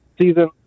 season